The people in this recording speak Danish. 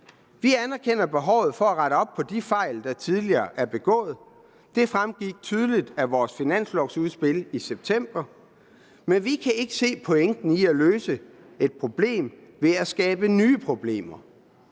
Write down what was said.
Vi anerkender behovet for at rette op på de fejl, der tidligere er begået. Det fremgik tydeligt af vores finanslovudspil i september. Men vi kan ikke se pointen i at løse et problem ved at skabe nye problemer.